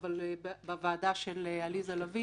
בוועדה של עליזה לביא